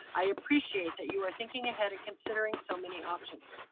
i appreciate that you were thinking ahead and considering so many options.